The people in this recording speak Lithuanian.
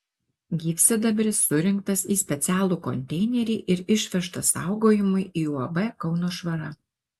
gyvsidabris surinktas į specialų konteinerį ir išvežtas saugojimui į uab kauno švara